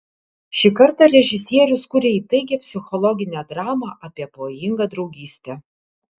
šį kartą režisierius kuria įtaigią psichologinę dramą apie pavojingą draugystę